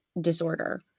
disorder